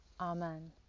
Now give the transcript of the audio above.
Amen